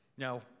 Now